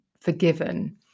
forgiven